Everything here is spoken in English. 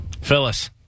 Phyllis